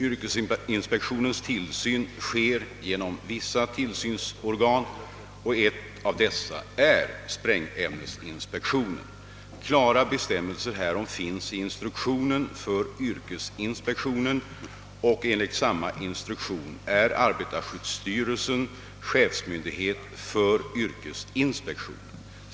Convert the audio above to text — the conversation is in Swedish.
Yrkesinspektionens tillsyn sker genom vissa tillsynsorgan, och ett av dessa är sprängämnesinspektören. Klara bestämmelser härom finns i instruktionen för yrkesinspektionen, och enligt samma instruktion är arbetarskyddsstyrelsen chefsmyndighet för yrkesinspektionen.